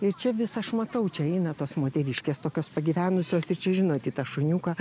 ir čia vis aš matau čia eina tos moteriškės tokios pagyvenusios ir čia žinot į tą šuniuką